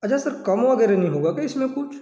अच्छा सर कम वगैरह नहीं होगा क्या इसमें कुछ